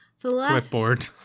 Clipboard